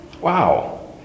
Wow